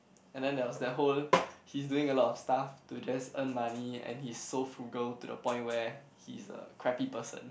and then there was that whole he's doing a lot of stuff to just earn money and he's so frugal to the point where he's a crappy person